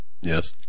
Yes